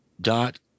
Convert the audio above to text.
dot